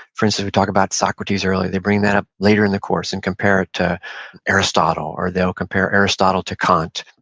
for instance, we talked about socrates earlier. they bring that up later in the course and compare it to aristotle, or they'll compare aristotle to kant,